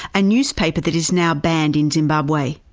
a newspaper that is now banned in zimbabwe.